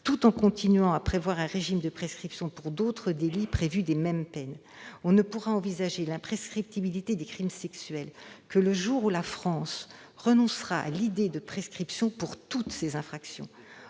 tout en continuant à prévoir un régime de prescription pour d'autres délits encourant les mêmes peines. On ne pourra envisager l'imprescriptibilité des crimes sexuels que le jour où la France renoncera à l'idée de prescription pour toutes ces infractions.